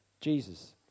Jesus